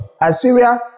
Assyria